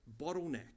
bottleneck